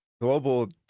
global